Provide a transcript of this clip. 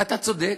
אתה צודק,